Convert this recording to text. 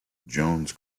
jones